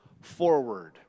forward